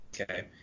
Okay